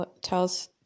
tells